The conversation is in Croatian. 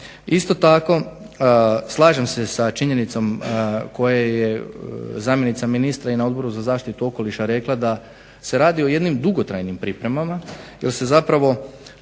Isto tako slažem se sa činjenicom koja je zamjenica ministra i na Odboru za zaštitu okoliša rekla da se radi o jednim dugotrajnim pripremama jer se zapravo